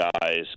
guys